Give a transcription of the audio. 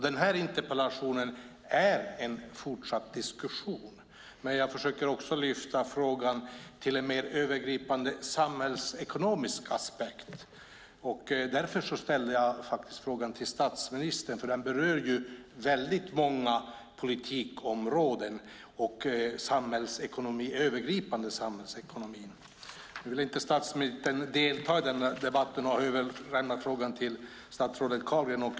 Den här interpellationen är en fortsatt diskussion, men jag försöker även lyfta upp frågan ur en mer övergripande samhällsekonomisk aspekt. Därför ställde jag frågan till statsministern. Den berör nämligen många politikområden och den övergripande samhällsekonomin. Nu vill statsministern inte delta i den här debatten och har överlämnat frågan till statsrådet Carlgren.